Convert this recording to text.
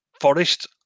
Forest